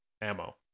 ammo